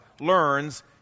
learns